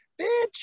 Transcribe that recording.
Bitch